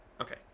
Okay